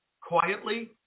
quietly